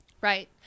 right